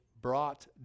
Brought